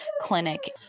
clinic